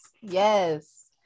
yes